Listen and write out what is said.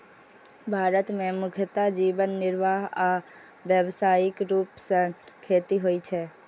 भारत मे मुख्यतः जीवन निर्वाह आ व्यावसायिक रूप सं खेती होइ छै